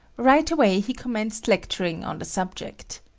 right away he commenced lecturing on the subject.